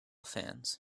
fans